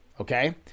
okay